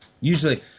Usually